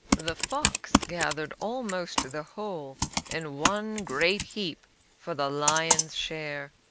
the fox gathered almost the whole in one great heap for the lion's share,